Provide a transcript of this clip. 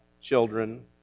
children